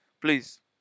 Please